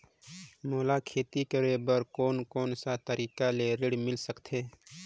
मोला खेती करे बर कोन कोन सा तरीका ले ऋण मिल सकथे?